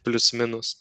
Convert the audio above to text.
plius minus